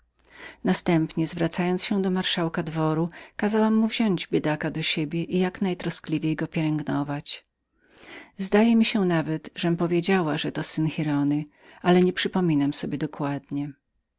następnie obracając się do marszałka dworu kazałam mu wziąść biedaka do siebie i jak najtroskliwiej go pielęgnować zdaje mi się nawet żem powiedziała że to był syn giraldy ale nieprzypominam sobie dokładnie